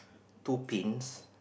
two pins